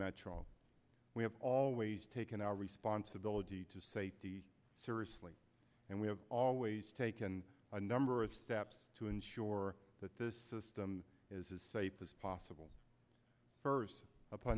metro we have always taken our responsibility to safety seriously and we have always taken a number of steps to ensure that this system is as safe as possible first